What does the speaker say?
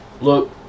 Look